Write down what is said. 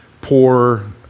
poor